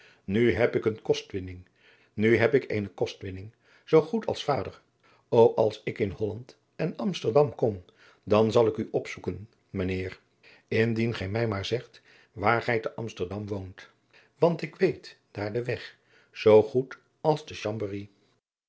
nu heb ik eene kostwinning nu heb ik eene kostwinning zoo goed als vader o als ik in holland en in amsterdam kom dan zal ik u opzoeken mijn heer indien gij mij maar zegt waar gij te amsterdam woont want ik weet daar den weg zoo goed als te